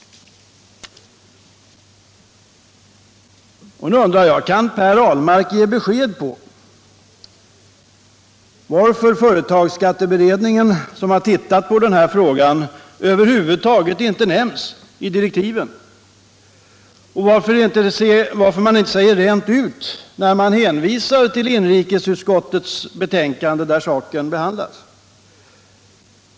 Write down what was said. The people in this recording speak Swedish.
Nu undrar jag: Kan Per Ahlmark ge besked om varför företagsskatteberedningen, som har tittat på den här frågan, över huvud taget inte 167 nämns i direktiven? Varför säger man det inte rent ut när man hänvisar till inrikesutskottets betänkande där saken redovisats?